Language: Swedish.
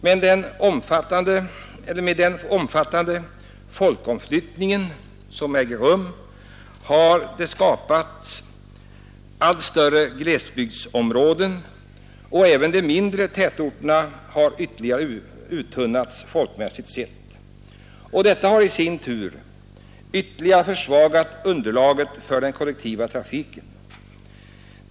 Med den omfattande folkomflyttning som äger rum har allt större glesbygdsområden skapats, och även de mindre tätorterna har ytterligare uttunnats befolkningsmässigt sett. Detta har i sin tur ytterligare försvagat underlaget för den kollektiva trafiken.